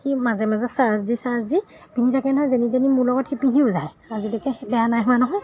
সি মাজে মাজে চাৰ্জ দি চাৰ্জ দি পিন্ধি থাকে নহয় যেনি তেনি মোৰ লগত সি পিন্ধিও যায় আজিলৈকে বেয়া নাই হোৱা নহয়